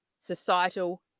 Societal